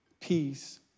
peace